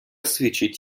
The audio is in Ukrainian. свідчить